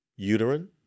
Uterine